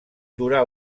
durà